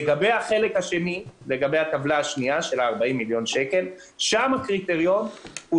לגבי הטבלה של 40 מיליון שקלים: שם הקריטריון הוא